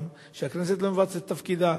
גם שהכנסת לא מבצעת את תפקידה.